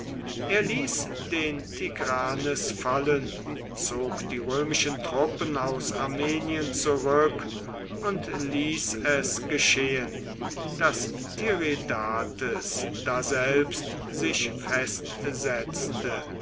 er ließ den tigranes fallen zog die römischen truppen aus armenien zurück und ließ es geschehen daß tiridates daselbst sich festsetzte